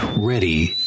ready